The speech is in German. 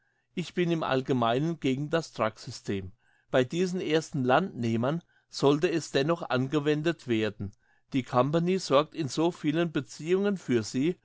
ich bin im allgemeinen gegen das trucksystem bei diesen ersten landnehmern sollte es dennoch angewendet werden die company sorgt in so vielen beziehungen für sie